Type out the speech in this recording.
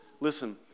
Listen